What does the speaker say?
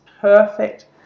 perfect